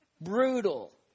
Brutal